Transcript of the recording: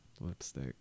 lipstick